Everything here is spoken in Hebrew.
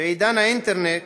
בעידן האינטרנט